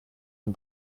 von